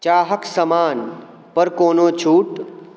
चाइके समानपर कोनो छूट